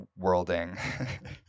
worlding